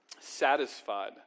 Satisfied